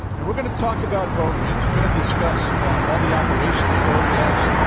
and we're going to talk about boat ramps. we're going to discuss all the operations of boat ramps,